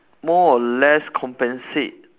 more or less compensate